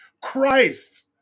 Christ